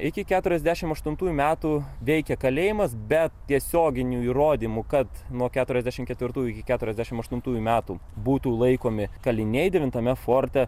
iki keturiasdešim aštuntųjų metų veikė kalėjimas bet tiesioginių įrodymų kad nuo keturiasdešim ketvirtųjų iki keturiasdešim aštuntųjų metų būtų laikomi kaliniai devintame forte